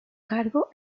cargo